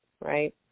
right